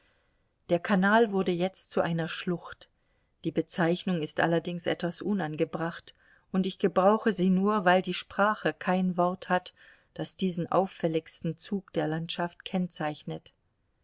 der kanal wurde jetzt zu einer schlucht die bezeichnung ist allerdings etwas unangebracht und ich gebrauche sie nur weil die sprache kein wort hat das diesen auffälligsten zug der landschaft kennzeichnet